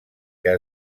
que